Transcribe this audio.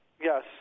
Yes